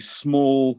small